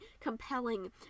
compelling